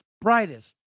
brightest